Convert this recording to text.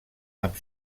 amb